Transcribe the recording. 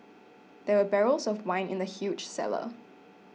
there were barrels of wine in the huge cellar